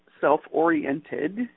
self-oriented